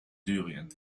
syrien